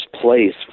place